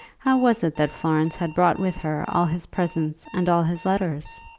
how was it that florence had brought with her all his presents and all his letters?